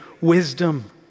wisdom